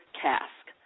cask